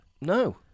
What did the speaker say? No